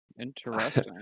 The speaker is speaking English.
interesting